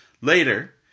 Later